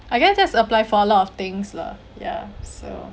I guess that's apply for a lot of things lah ya so